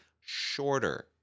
shorter